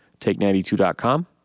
take92.com